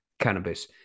cannabis